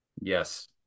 Yes